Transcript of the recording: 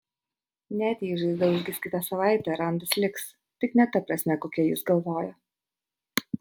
net jei žaizda užgis kitą savaitę randas liks tik ne ta prasme kokia jis galvoja